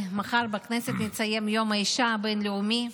מחר בכנסת נציין את יום האישה הבין-לאומי.